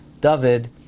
David